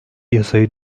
yasayı